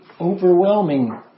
overwhelming